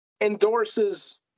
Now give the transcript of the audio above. endorses